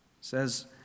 says